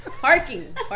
Parking